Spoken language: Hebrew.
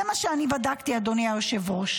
זה מה שאני בדקתי, אדוני היושב-ראש.